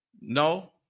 No